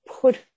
put